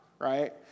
right